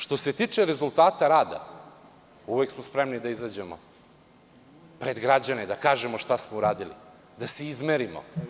Što se tiče rezultata rada, uvek smo spremni da izađemo pred građane da kažemo šta smo uradili, da se izmerimo.